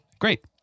Great